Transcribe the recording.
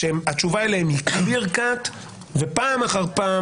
כאלה, ופעם אחר פעם